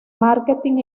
marketing